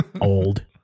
Old